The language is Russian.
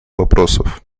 вопросов